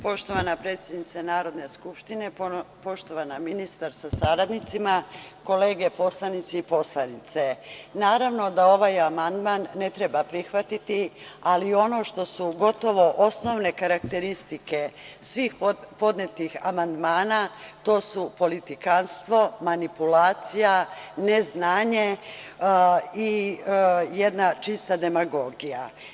Poštovana predsednice Narodne skupštine, poštovana ministar sa saradnicima, kolege poslanici i poslanice, naravno da ovaj amandman ne treba prihvatiti, ali ono što se u gotovo u osnovne karakteristike svih podnetih amandmana, to su politikanstvo, manipulacija, neznanje i jedna čista demagogija.